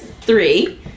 three